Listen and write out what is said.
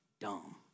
dumb